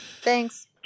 Thanks